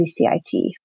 BCIT